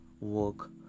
work